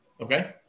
Okay